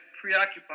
preoccupied